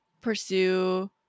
pursue